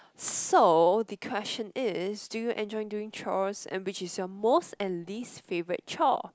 so the question is do you enjoy doing chore and which is your most and least favourite chore